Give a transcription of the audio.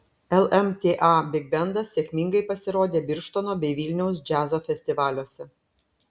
lmta bigbendas sėkmingai pasirodė birštono bei vilniaus džiazo festivaliuose